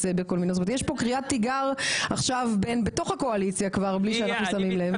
יש פה קריאת תיגר בתוך הקואליציה כבר בלי שאנחנו שמים לב.